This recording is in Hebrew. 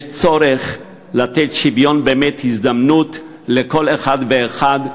יש צורך לתת שוויון הזדמנויות לכל אחד ואחד,